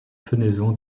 fenaison